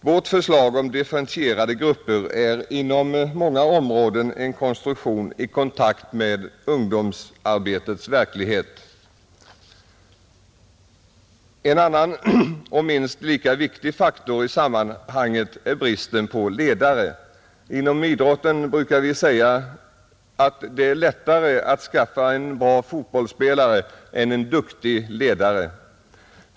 Vårt förslag om differentierade grupper är inom många områden en konstruktion i kontakt med ungdomsarbetets verklighet. En annan och minst lika viktig faktor i sammanhanget är bristen på ledare. Inom idrotten brukar vi säga att det är lättare att skaffa en bra fotbollsspelare än en duktig ledare.